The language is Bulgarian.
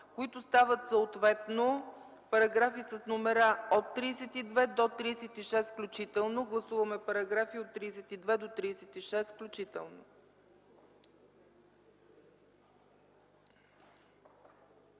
които стават съответно параграфи с номера от 32 до 36 включително. Гласуваме параграфи от 32 до 36 включително.